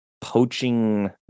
poaching